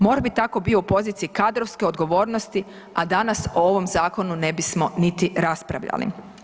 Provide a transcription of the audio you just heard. MORH bi tako bio u poziciji kadrovske odgovornosti, a danas o ovom zakonu ne bismo niti raspravljali.